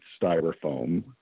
styrofoam